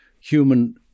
human